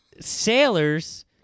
sailors